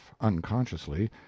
unconsciously